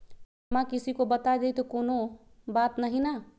पिनमा किसी को बता देई तो कोइ बात नहि ना?